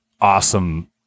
awesome